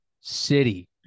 City